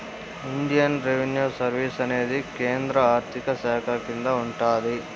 Indian Revenue Service అనేది కేంద్ర ఆర్థిక శాఖ కింద ఉంటాది